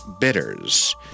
bitters